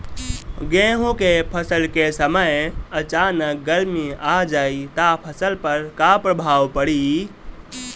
गेहुँ के फसल के समय अचानक गर्मी आ जाई त फसल पर का प्रभाव पड़ी?